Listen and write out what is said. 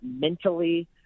mentally